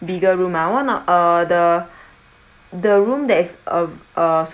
bigger room ah one of uh the room that's uh